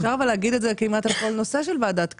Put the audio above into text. אפשר להגיד את זה כמעט על כל נושא לגבי ועדת כספים,